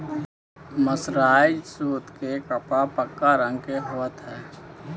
mercerised सूत के कपड़ा पक्का रंग के होवऽ हई